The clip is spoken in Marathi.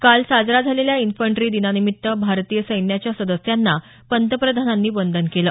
काल साजरा झालेल्या इन्फंट्री दिनानिमित्त भारतीय सैन्याच्या सदस्यांना पंतप्रधानांनी वंदन केलं